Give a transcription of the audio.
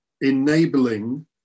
enabling